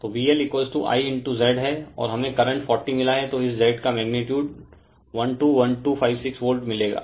तो VLI Z है और हमें करंट 40 मिला हैं तो इस Z का मैगनीटुड 121256 वोल्ट मिलेगा